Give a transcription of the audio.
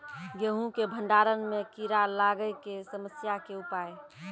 गेहूँ के भंडारण मे कीड़ा लागय के समस्या के उपाय?